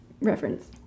reference